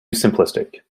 simplistic